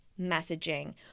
messaging